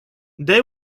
they